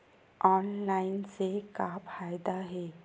Online से का फ़ायदा हे?